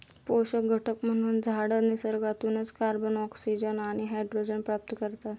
पोषक घटक म्हणून झाडं निसर्गातूनच कार्बन, ऑक्सिजन आणि हायड्रोजन प्राप्त करतात